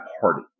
party